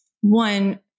one